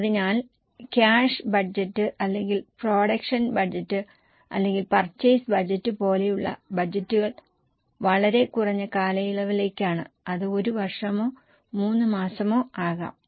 അതിനാൽ cash budget അല്ലെങ്കിൽ production budget അല്ലെങ്കിൽ പർച്ചേസ് ബഡ്ജറ്റ് പോലെയുള്ള ബജറ്റുകൾ വളരെ കുറഞ്ഞ കാലയളവിലേക്കാണ് അത് 1 വർഷമോ 3 മാസമോ ആകാം